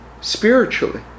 spiritually